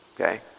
Okay